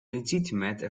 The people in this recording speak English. legitimate